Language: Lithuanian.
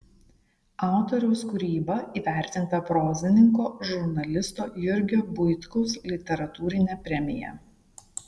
autoriaus kūryba įvertinta prozininko žurnalisto jurgio buitkaus literatūrine premija